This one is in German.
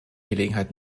gelegenheit